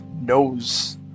knows